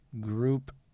group